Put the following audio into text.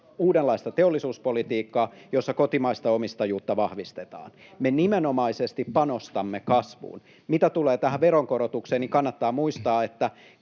uudenlaista teollisuuspolitiikkaa, jossa kotimaista omistajuutta vahvistetaan. Me nimenomaisesti panostamme kasvuun. Mitä tulee tähän veronkorotukseen, niin kannattaa muistaa, että